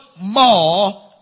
more